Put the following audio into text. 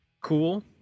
cool